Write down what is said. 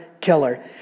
killer